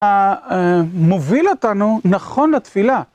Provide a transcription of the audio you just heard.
המוביל אותנו נכון לתפילה.